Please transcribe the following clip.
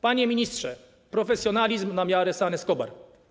Panie ministrze, profesjonalizm na miarę San Escobar.